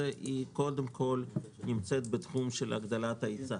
קודם כול נמצאת בתחום של הגדלת ההיצע.